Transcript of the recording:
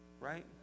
Right